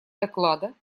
доклада